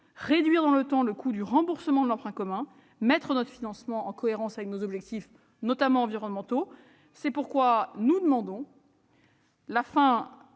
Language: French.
réduire dans le temps le coût du remboursement de l'emprunt commun et mettre notre financement en cohérence avec nos objectifs, notamment environnementaux. C'est pourquoi nous demandons la fin